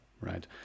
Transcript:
right